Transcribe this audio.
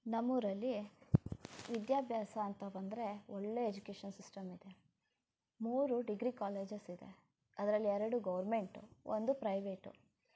ನಮ್ಮ ಊರಲ್ಲಿ ವಿದ್ಯಾಭ್ಯಾಸ ಅಂತ ಬಂದರೆ ಒಳ್ಳೆ ಎಜುಕೇಶನ್ ಸಿಸ್ಟಮ್ ಇದೆ ಮೂರು ಡಿಗ್ರಿ ಕಾಲೇಜಸ್ ಇದೆ ಅದ್ರಲ್ಲಿ ಎರಡು ಗೌರ್ಮೆಂಟು ಒಂದು ಪ್ರೈವೇಟು